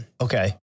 Okay